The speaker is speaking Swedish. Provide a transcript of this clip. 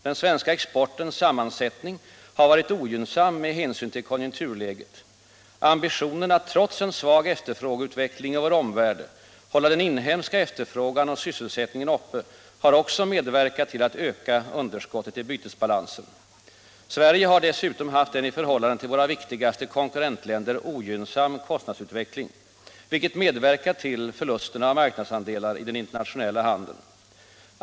Den svenska exportens sammansättning har varit ogynnsam med hänsyn till konjunkturläget. Ambitionen att trots en svag efterfrågeutveckling i vår omvärld hålla den inhemska efterfrågan och sysselsättningen uppe har också medverkat till att öka underskottet i bytesbalansen. Sverige har dessutom haft en i förhållande till våra viktigaste konkurrentländer ogynnsam kostnadsutveckling, vilket medverkat till förlusterna av marknadsandelar i den internationella handeln.